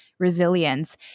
Resilience